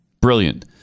Brilliant